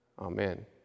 Amen